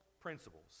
principles